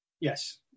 Yes